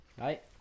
Right